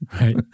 Right